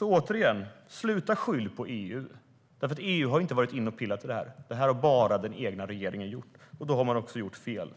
Återigen: Sluta att skylla på EU, eftersom EU inte har varit inne och pillat på detta. Detta har bara den egna regeringen gjort, och då har man också gjort fel.